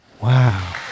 Wow